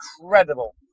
incredible